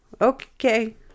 Okay